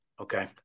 okay